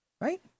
right